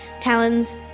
talons